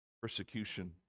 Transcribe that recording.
persecution